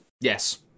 Yes